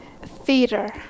Theater